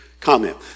comment